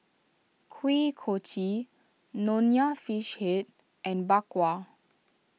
Kuih Kochi Nonya Fish Head and Bak Kwa